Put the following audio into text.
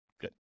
Good